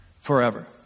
forever